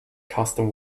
custom